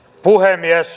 puhemies